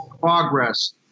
progress